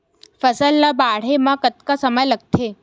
फसल ला बाढ़े मा कतना समय लगथे?